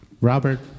Robert